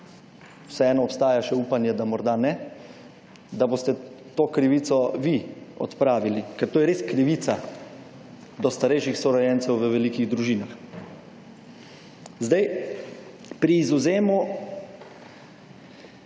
vseeno obstaja še upanje, da morda ne, da boste to krivico vi odpravili, ker to je res krivica, do starejših sorojencev v velikih družinah. Zdaj, pri izvzemu